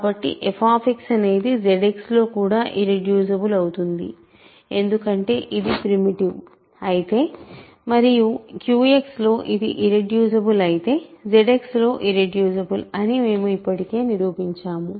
కాబట్టి f అనేది ZX లోకూడా ఇర్రెడ్యూసిబుల్ అవుతుంది ఎందుకంటే ఇది ప్రిమిటివ్ అయితే మరియు QX లో ఇది ఇర్రెడ్యూసిబుల్ అయితే ఇది ZX లో ఇర్రెడ్యూసిబుల్ అని మేము ఇప్పటికే నిరూపించాము